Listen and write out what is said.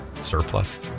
surplus